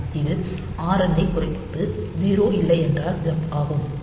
என் இது Rn ஐக் குறைத்து 0 இல்லை என்றால் ஜம்ப் ஆகும்